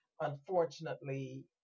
Unfortunately